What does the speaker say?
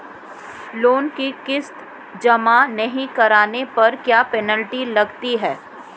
Loan की किश्त जमा नहीं कराने पर क्या पेनल्टी लगती है?